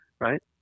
right